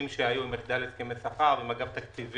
שהיו עם אגף הסכמי שכר ועם אגף תקציבים,